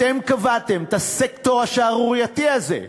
אתם קבעתם את הסקטור השערורייתי הזה,